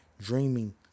dreaming